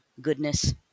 goodness